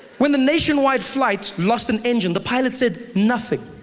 when the nation wide flight lost an engine the pilot said nothing.